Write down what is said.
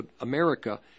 America